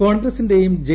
കോൺഗ്രസിന്റെയും ജെ